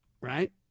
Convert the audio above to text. Right